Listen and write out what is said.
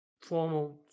formal